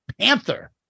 Panther